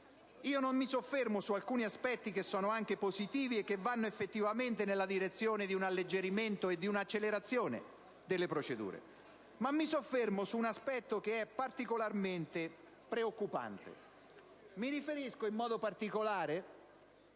Non mi soffermo su alcuni aspetti che sono anche positivi e vanno effettivamente nella direzione di un alleggerimento e di un'accelerazione delle procedure, ma mi soffermo piuttosto su un aspetto particolarmente preoccupante. Mi riferisco, in particolare,